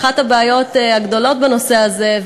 אחת הבעיות הגדולות בנושא הזה,